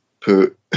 put